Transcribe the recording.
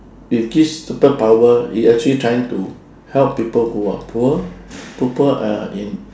with his super power he actually trying to help people who are poor people are in